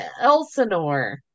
Elsinore